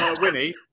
Winnie